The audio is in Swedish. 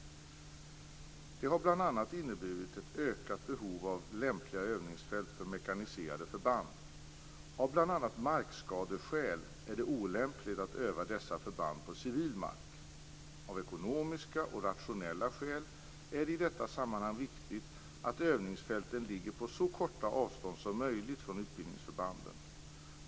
Detta har bl.a. inneburit ett ökat behov av lämpliga övningsfält för mekaniserade förband. Av bl.a. markskadeskäl är det olämpligt att öva dessa förband på civil mark. Av ekonomiska och rationella skäl är det i detta sammanhang viktigt att övningsfälten ligger på så korta avstånd som möjligt från utbildningsförbanden.